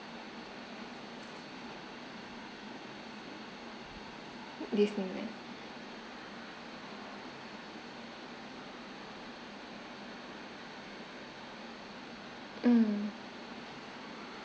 disneyland mm